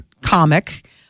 comic